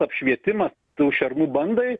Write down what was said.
apšvietimas tų šernų bandai